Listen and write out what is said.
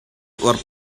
were